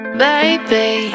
baby